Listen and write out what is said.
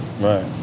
Right